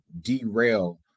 derail